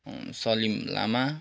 Salim Lama